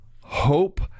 hope